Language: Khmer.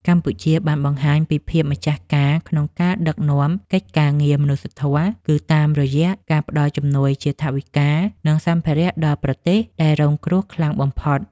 កម្ពុជាបានបង្ហាញពីភាពជាម្ចាស់ការក្នុងការដឹកនាំកិច្ចការងារមនុស្សធម៌ គឺតាមរយៈការផ្តល់ជំនួយជាថវិកា និងសម្ភារៈដល់ប្រទេសដែលរងគ្រោះខ្លាំងបំផុត។